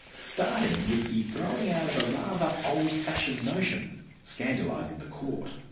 starting with the throwing out of a rather old-fashioned notion scandalising the court.